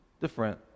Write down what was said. different